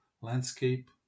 landscape